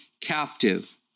captive